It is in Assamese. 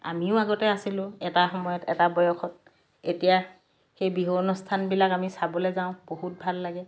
আমিও আগতে আছিলোঁ এটা সময়ত এটা বয়সত এতিয়া সেই বিহু অনুষ্ঠানবিলাক আমি চাবলে যাওঁ বহুত ভাল লাগে